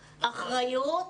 אחריות,